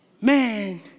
Man